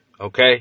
okay